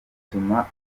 bituma